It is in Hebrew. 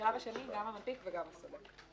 בשלב השני זה גם המנפיק וגם הסולק.